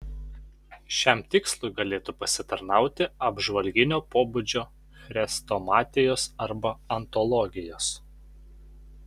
šiam tikslui galėtų pasitarnauti apžvalginio pobūdžio chrestomatijos arba antologijos